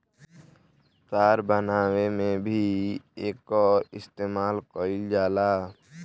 तार बनावे में भी एकर इस्तमाल कईल जाला